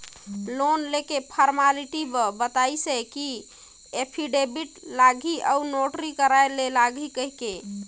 loan लेके formality म बताइस हे कि एफीडेबिड लागही अउ नोटरी कराय ले लागही कहिके